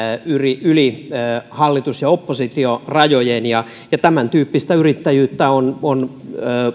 yli yli hallitus ja oppositiorajojen tämäntyyppistä yrittäjyyttä on on